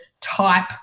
type